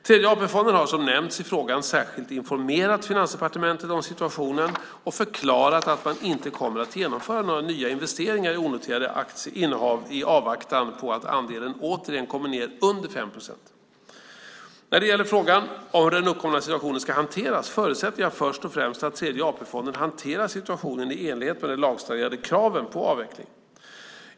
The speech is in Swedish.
Tredje AP-fonden har som nämnts i frågan särskilt informerat Finansdepartementet om situationen och förklarat att man inte kommer att genomföra några nya investeringar i onoterade innehav i avvaktan på att andelen återigen kommer ned under 5 procent. När det gäller frågan om hur den uppkomna situationen ska hanteras förutsätter jag först och främst att Tredje AP-fonden hanterar situationen i enlighet med de lagstadgade kraven på avveckling.